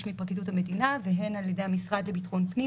מפרקליטות המדינה והן על ידי המשרד לביטחון פנים.